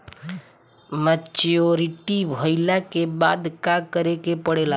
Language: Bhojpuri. मैच्योरिटी भईला के बाद का करे के पड़ेला?